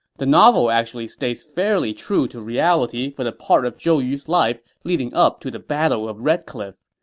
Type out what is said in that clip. the novel actually stays fairly true to reality for the part of zhou yu's life leading up to the battle of red cliff.